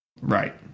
Right